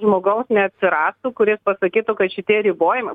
žmogaus neatsirastų kuris pasakytų kad šitie ribojimai